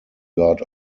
god